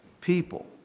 people